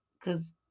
cause